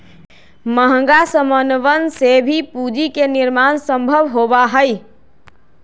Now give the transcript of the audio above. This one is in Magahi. महंगा समनवन से भी पूंजी के निर्माण सम्भव होबा हई